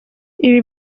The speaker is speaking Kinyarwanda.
ibi